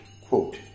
quote